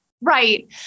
Right